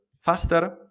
faster